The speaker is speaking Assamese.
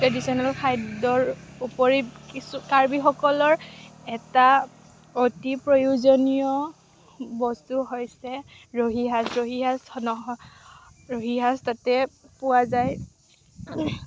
ট্ৰেডিশ্যনেল খাদ্যৰ উপৰি কিছু কাৰ্বিসকলৰ এটা অতি প্ৰয়োজনীয় বস্তু হৈছে ৰহি হাজ ৰহি হাজ নহ'লে ৰহি হাজ তাতে পোৱা যায়